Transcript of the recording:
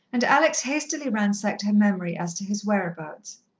and alex hastily ransacked her memory as to his whereabouts.